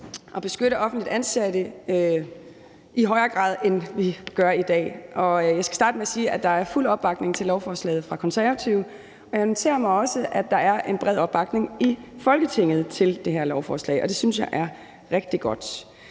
at beskytte offentligt ansatte i højere grad, end vi gør i dag. Jeg skal starte med at sige, at der er fuld opbakning til lovforslaget fra Konservative. Jeg noterer mig også, at der er en bred opbakning i Folketinget til det her lovforslag, og det synes jeg er rigtig godt.